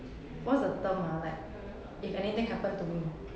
what's the term ah like if anything happen to me